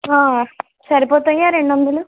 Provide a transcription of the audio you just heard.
సరిపోతాయా రెండు వందలు